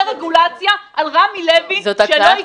רגולציה על רמי לוי שלא יקרע את האנשים.